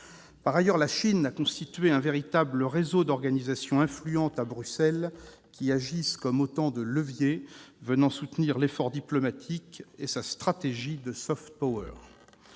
Par ailleurs, la Chine a constitué un véritable réseau d'organisations influentes à Bruxelles. Ces dernières agissent comme autant de leviers venant soutenir son effort diplomatique et sa stratégie de.